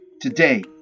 Today